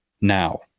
now